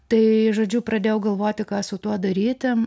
tai žodžiu pradėjau galvoti ką su tuo daryti